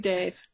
Dave